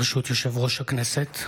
ברשות יושב-ראש הכנסת,